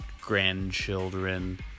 grandchildren